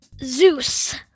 Zeus